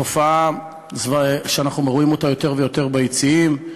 תופעה שאנחנו רואים יותר ויותר ביציעים,